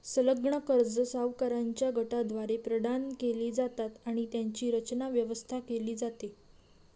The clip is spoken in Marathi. संलग्न कर्जे सावकारांच्या गटाद्वारे प्रदान केली जातात आणि त्यांची रचना, व्यवस्था केली जाते